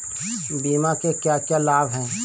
बीमा के क्या क्या लाभ हैं?